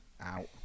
out